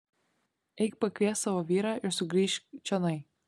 eik pakviesk savo vyrą ir sugrįžk čionai